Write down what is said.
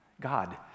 God